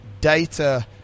data